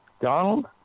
Donald